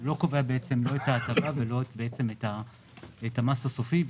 הוא לא קובע את ההטבה או את המס הסופי.